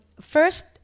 First